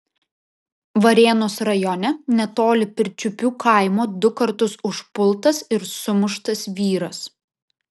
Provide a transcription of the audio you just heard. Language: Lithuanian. varėnos rajone netoli pirčiupių kaimo du kartus užpultas ir sumuštas vyras